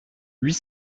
huit